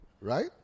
right